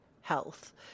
health